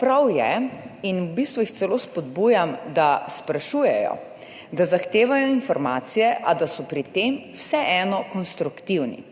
Prav je, in v bistvu jih celo spodbujam, da sprašujejo, da zahtevajo informacije, a da so pri tem vseeno konstruktivni.